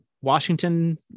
Washington